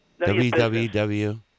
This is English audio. WWW